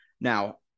Now